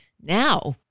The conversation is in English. now